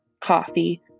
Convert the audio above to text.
coffee